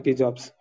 jobs